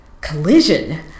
collision